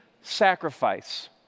sacrifice